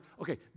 okay